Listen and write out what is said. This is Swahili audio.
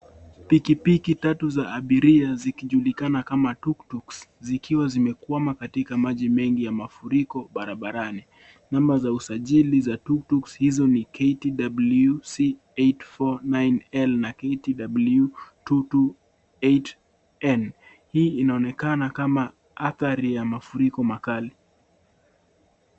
Pikipiki tatu za abiria zikijulikana kama tuktuks zikiwa zimekwama katika maji mengi ya mafuriko barabarani. Namba za usajili za tuktuks hizo ni KTWC 849L na KTW 228N. Hii inaonekana kama athari ya mafuriko makali.